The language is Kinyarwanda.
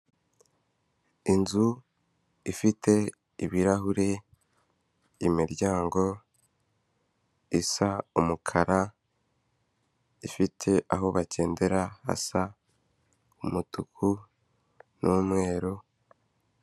nzu ifite ibirahuri, imiryango isa umukara ifite aho bakendera hasa umutuku n'umweru.